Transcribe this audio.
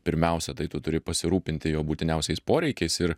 pirmiausia tai tu turi pasirūpinti jo būtiniausiais poreikiais ir